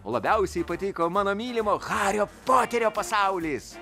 labiausiai patiko mano mylimo hario poterio pasaulis